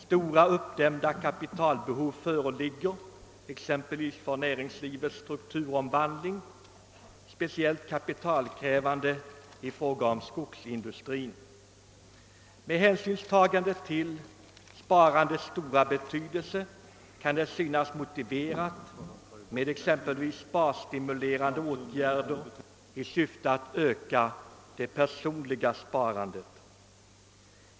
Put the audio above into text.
Stora, uppdämda kapitalbehov förekommer, exempelvis för näringslivets strukturomvandling, speciellt kapitalkrävande i fråga om skogsindustrin. Med hänsyn till sparandets stora betydelse kan det vara motiverat med t.ex. sparstimulerande åtgärder i syfte att öka det personliga sparandet.